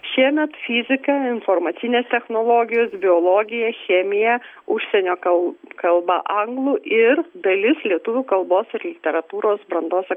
šiemet fizika informacinės technologijos biologija chemija užsienio kal kalba anglų ir dalis lietuvių kalbos ir literatūros brandos